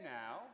now